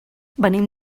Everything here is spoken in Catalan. venim